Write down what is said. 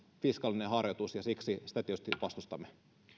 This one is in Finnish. fiskaalinen harjoitus ja siksi sitä tietysti vastustamme